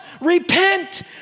Repent